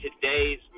today's